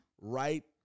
right